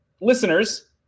listeners